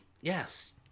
Yes